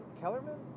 Kellerman